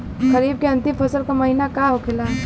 खरीफ के अंतिम फसल का महीना का होखेला?